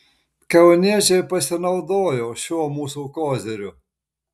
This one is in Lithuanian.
kauniečiai pasinaudojo šiuo mūsų koziriu